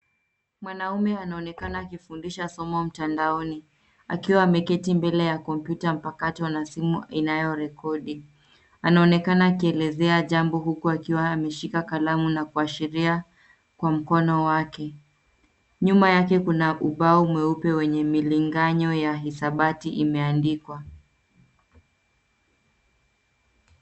Mwanaume anaonekana akifundisha somo mtandaoni. Akiwa ameketi mbele ya kompyuta mpakato na simu inayorekodi. Anaonekana akielezea jambo huku akiwa ameshika kalamu na kuashiria, kwa mkono wake. Nyuma yake kuna ubao mweupe wenye milinganyo ya hisabati imeandikwa.